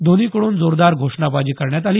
दोन्हीकडून जोरदार घोषणाबाजी करण्यात आली